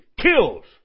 kills